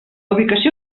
ubicació